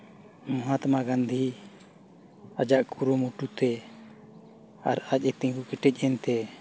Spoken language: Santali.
ᱢᱚᱦᱟᱛᱢᱟ ᱜᱟᱹᱱᱫᱷᱤ ᱟᱡᱟᱜ ᱠᱩᱨᱩᱢᱩᱴᱩᱛᱮ ᱟᱨ ᱟᱡᱮ ᱮ ᱛᱤᱜᱩ ᱠᱮᱴᱮᱡ ᱮᱱᱛᱮ